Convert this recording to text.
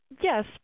Yes